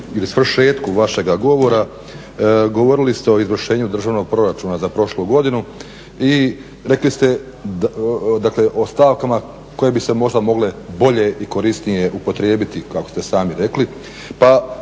ili svršetku vašega govora govorili ste o izglašenju državnog proračuna za prošlu godinu i rekli ste o stavkama koje bi se možda mogle bolje i korisnije upotrijebiti kako ste sami rekli. Pa